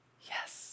yes